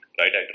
right